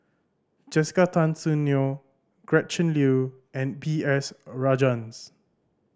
Jessica Tan Soon Neo Gretchen Liu and B S Rajhans